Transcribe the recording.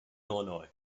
illinois